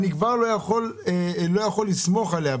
אני כבר לא יכול לסמוך עליה.